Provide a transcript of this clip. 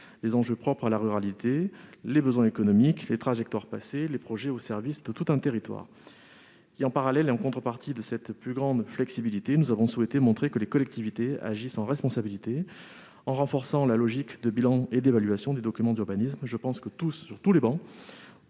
les enjeux propres à la ruralité, les besoins économiques, les trajectoires passées, les projets au service de tout un territoire. En parallèle et en contrepartie de cette plus grande flexibilité, nous avons souhaité montrer que les collectivités agissaient en responsabilité, en renforçant la logique de bilan et d'évaluation des documents d'urbanisme. Je pense que nous pouvons tous,